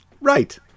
Right